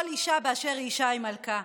כל אישה באשר היא אישה היא מלכה,